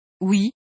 Oui